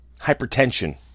hypertension